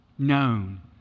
Known